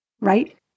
right